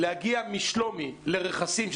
להגיע משלומי לרכסים,